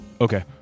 okay